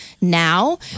now